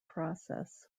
process